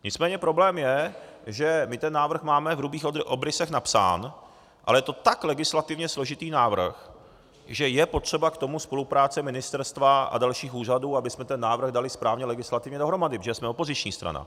Nicméně problém je, že my ten návrh máme v hrubých obrysech napsaný, ale je to tak legislativně složitý návrh, že je potřeba k tomu spolupráce ministerstva a dalších úřadů, abychom ten návrh dali správně legislativně dohromady, protože jsme opoziční strana.